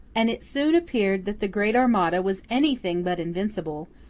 and it soon appeared that the great armada was anything but invincible,